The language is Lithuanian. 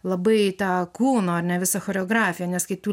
labai tą kūno ar ne visą choreografiją nes kai tu